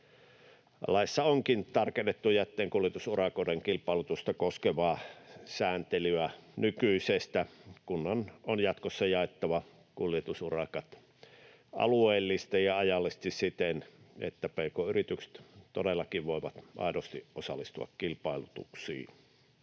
Laissa onkin tarkennettu jätteenkuljetusurakoiden kilpailutusta koskevaa sääntelyä nykyisestä. Kunnan on jatkossa jaettava kuljetusurakat alueellisesti ja ajallisesti siten, että pk-yritykset todellakin voivat aidosti osallistua kilpailutuksiin.